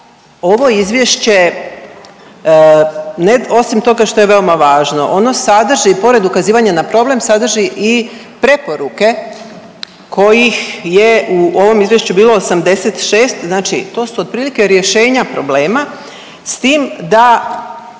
ovo izvješće osim toga što je veoma važno ono sadrži pored ukazivanja na problem sadrži i preporuke kojih je u ovom izvješću bilo 86, znači to su otprilike rješenja problema s tim da